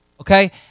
okay